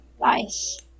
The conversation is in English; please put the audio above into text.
Nice